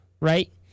right